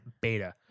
beta